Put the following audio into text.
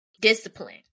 discipline